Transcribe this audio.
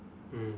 mm